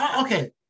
Okay